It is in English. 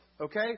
Okay